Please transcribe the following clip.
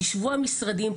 תשבו על משרדים,